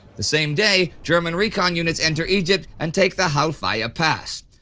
the same day, german recon units enter egypt and take the halafaya pass.